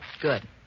Good